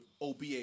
OBA